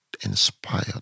inspired